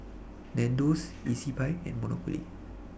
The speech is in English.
Nandos Ezbuy and Monopoly